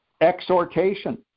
Exhortation